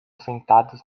sentados